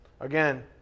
Again